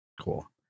Cool